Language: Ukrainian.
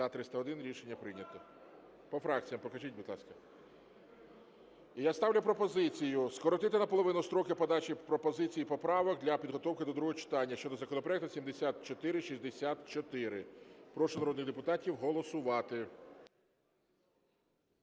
За-301 Рішення прийнято. По фракціях, покажіть, будь ласка. Я ставлю пропозицію скоротити наполовину строки подачі пропозицій і поправок для підготовки до другого читання щодо законопроекту 7464. Прошу народних депутатів голосувати.